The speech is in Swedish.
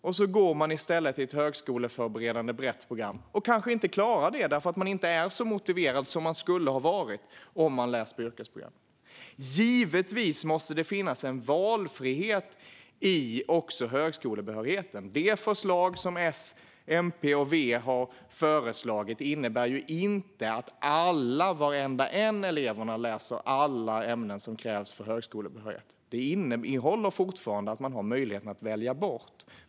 Därför går de i stället till ett högskoleförberedande och brett program och kanske inte klarar det därför att de inte är så motiverade som de kanske skulle ha varit om de hade läst ett yrkesprogram. Givetvis måste det finnas en valfrihet också i högskolebehörigheten. Förslaget från S, MP och V innebär inte att alla elever läser alla ämnen som krävs för högskolebehörighet. Det innebär att man fortfarande har möjlighet att välja bort.